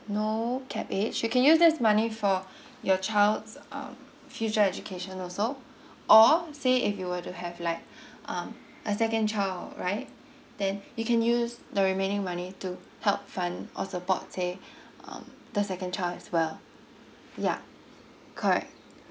no cap age you can use this money for your child's um future education also or say if you were to have like um a second child right then you can use the remaining money to help fund or support say um the second child as well yeah correct